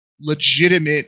legitimate